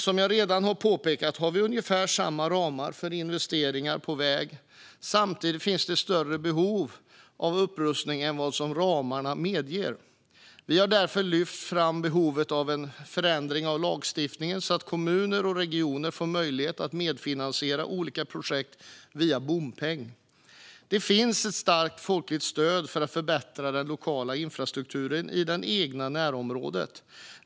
Som jag redan har påpekat har vi ungefär samma ramar för investeringar på vägar. Samtidigt finns det större behov av upprustning än vad ramarna medger. Vi har därför lyft fram behovet av en förändring av lagstiftningen så att kommuner och regioner får möjlighet att medfinansiera olika projekt via bompeng. Det finns ett starkt folkligt stöd för att förbättra den lokala infrastrukturen i det egna närområdet.